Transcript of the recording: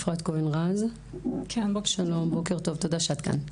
אפרת כהן רז, שלום, בוקר טוב תודה שאת כאן.